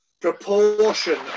Proportion